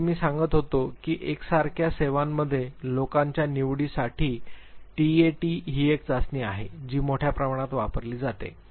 जसे मी सांगत होतो की एकसारख्या सेवांमध्ये लोकांच्या निवडीसाठीही टीएटी ही एक चाचणी आहे जी मोठ्या प्रमाणात वापरली जाते